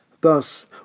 Thus